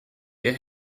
ihr